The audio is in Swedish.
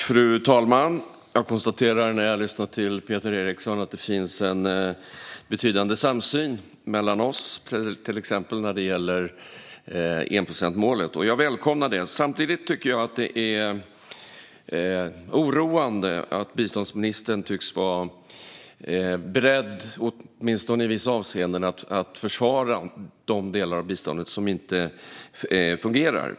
Fru talman! Jag konstaterar när jag lyssnar på Peter Eriksson att det finns en betydande samsyn mellan oss, till exempel när det gäller enprocentsmålet. Jag välkomnar det. Samtidigt tycker jag att det är oroande att biståndsministern tycks vara beredd att åtminstone i vissa avseenden försvara de delar av biståndet som inte fungerar.